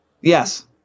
Yes